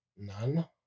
none